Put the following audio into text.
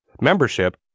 membership